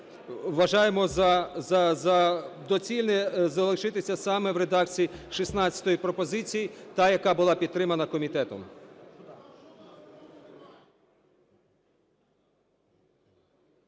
вважаємо за доцільне залишитися саме в редакції 16 пропозиції - та, яка була підтримана комітетом.